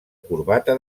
corbata